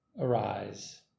arise